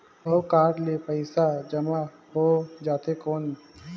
हव कारड ले पइसा जमा हो जाथे कौन?